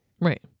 Right